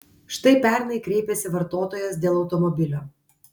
štai pernai kreipėsi vartotojas dėl automobilio